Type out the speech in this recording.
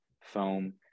foam